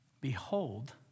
Behold